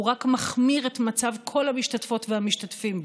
רק מחמיר את מצב כל המשתתפות והמשתתפים בו.